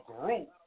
group